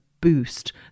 boost